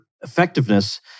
effectiveness